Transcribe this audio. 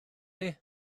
chi